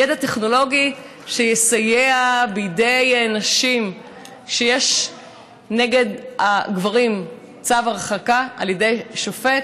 ידע טכנולוגי שיסייע בידי נשים שיש נגד הגברים צו הרחקה על ידי שופט,